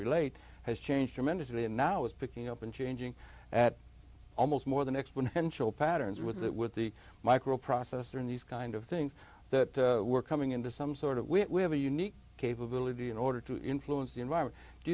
relate has changed tremendously and now is picking up and changing at almost more than exponential patterns with that with the microprocessor in these kind of things that we're coming into some sort of we have a unique capability in order to influence the environment do